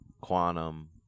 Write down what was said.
Quantum